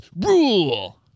rule